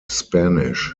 spanish